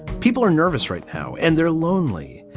people are nervous right now and they're lonely.